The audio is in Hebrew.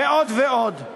ועוד ועוד,